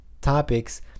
topics